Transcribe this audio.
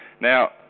Now